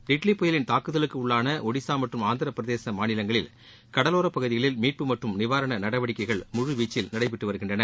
டிட்லி புயலின் தாக்குதலுக்கு உள்ளான ஒடிசா மற்றம் ஆந்திரபிரதேச மாநிலங்களில் கடலோரப் பகுதிகளில் மீட்பு மற்றும் நிவாரண நடவடிக்கைகள் முழு வீச்சல் நடைபெற்றுவருகின்றன